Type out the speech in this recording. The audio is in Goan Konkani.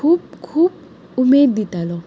खूब खूब उमेद दितालो